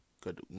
good